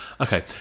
Okay